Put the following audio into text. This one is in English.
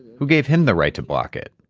who gave him the right to block it?